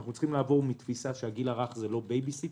אנחנו צריכים לעבור מתפיסה שהגיל הרך זה לא בייביסיטינג,